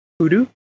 voodoo